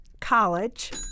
College